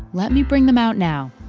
let me bring them out now.